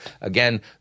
Again